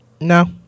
No